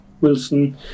Wilson